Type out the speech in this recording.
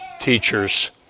teachers